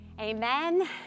Amen